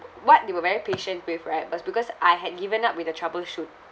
what they were very patient with right was because I had given up with the troubleshoot